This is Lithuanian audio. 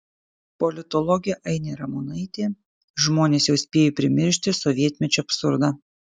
politologė ainė ramonaitė žmonės jau spėjo primiršti sovietmečio absurdą